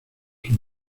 sus